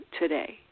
today